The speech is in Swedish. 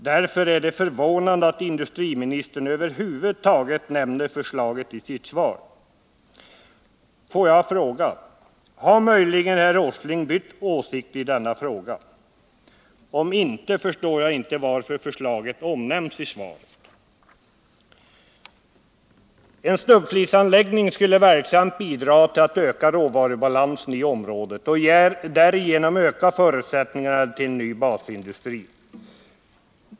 Därför är det förvånande att industriministern över huvud taget nämner förslaget i sitt svar. Får jag fråga: Har möjligen herr Åsling bytt åsikt i denna fråga? Om inte, förstår jag inte varför förslaget omnämns i svaret. En stubbflisanläggning skulle verksamt bidra till att öka råvarubalansen i området och därigenom öka förutsättningarna för en ny basindustri.